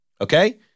Okay